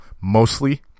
mostly